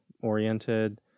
oriented